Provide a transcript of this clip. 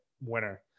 winner